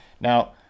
now